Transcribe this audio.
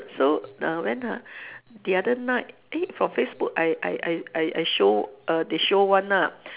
so uh when ha the other night eh from Facebook I I I I I show err they show [one] ah